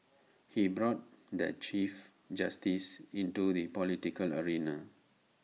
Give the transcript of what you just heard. he brought the chief justice into the political arena